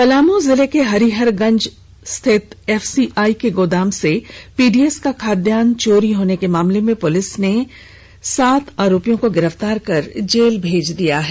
पलामू जिले के हरिहरगंज स्थित एफसीआई के गोदाम से पीडीएस का खाद्यान्न चोरी मामले में पुलिस ने साल आरोपियों को गिरफ्तार कर जेल भेज दिया है